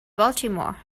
baltimore